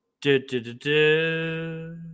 Do-do-do-do